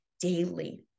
daily